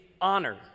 honor